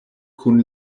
kun